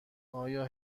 آیا